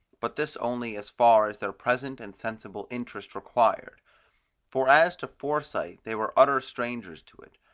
but this only as far as their present and sensible interest required for as to foresight they were utter strangers to it,